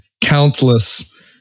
countless